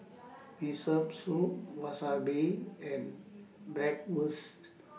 Miso Soup Wasabi and Bratwurst